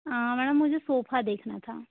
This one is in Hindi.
मैडम मुझे सोफ़ा देखना था